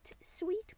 Sweet